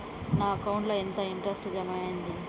నా అకౌంట్ ల ఎంత ఇంట్రెస్ట్ జమ అయ్యింది?